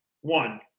One